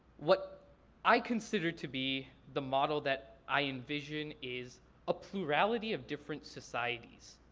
what i consider to be the model that i envision is a plurality of different societies,